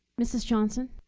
mrs. johnson.